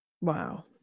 Wow